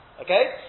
Okay